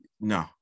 no